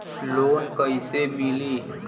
Loan कईसे मिली?